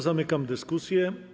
Zamykam dyskusję.